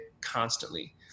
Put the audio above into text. constantly